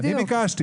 אני ביקשתי.